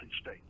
state